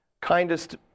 kindest